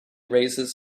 raises